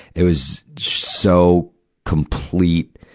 it was, so complete,